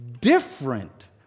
different